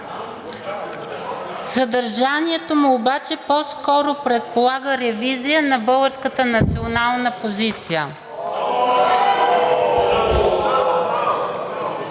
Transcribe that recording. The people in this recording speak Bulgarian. Съдържанието му обаче по-скоро предполага ревизия на българската национална позиция.